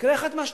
יקרה אחד משניים: